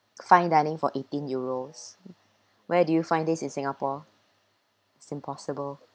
fine dining for eighteen euros where do you find this in singapore it's impossible